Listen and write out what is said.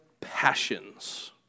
passions